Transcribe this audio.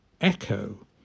echo